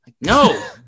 No